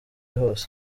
hose